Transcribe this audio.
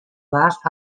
last